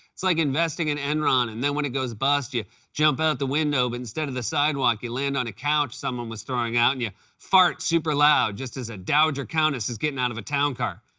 it's like investing in enron and then, when it goes bust, you jump out the window, but, instead of the sidewalk, you land on a couch someone was throwing out and you fart super loud, just as a dowager countess is getting out of a town car.